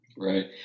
Right